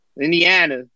Indiana